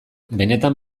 benetan